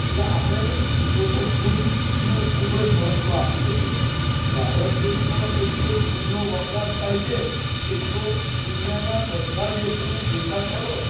એટલે આપણે લોકો ફુલ ને ખૂબ જ મહત્વ આપીએ છે ભારત દેશમાં જેટલું ફૂલનો વપરાશ થાય છે એટલો દુનિયાના બધા દેશોને ભેગા કરો